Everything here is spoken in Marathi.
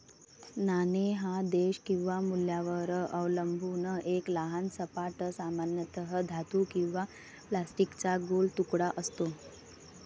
नाणे हा देश किंवा मूल्यावर अवलंबून एक लहान सपाट, सामान्यतः धातू किंवा प्लास्टिकचा गोल तुकडा असतो